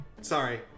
sorry